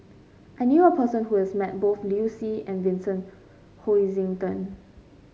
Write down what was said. I knew a person who has met both Liu Si and Vincent Hoisington